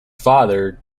father